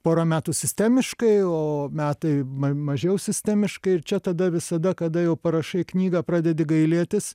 pora metų sistemiškai o metai ma mažiau sistemiškai ir čia tada visada kada jau parašai knygą pradedi gailėtis